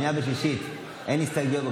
בשנייה ושלישית אין הסתייגויות,